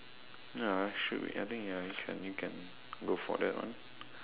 ya should be I think ya you can you can go for that one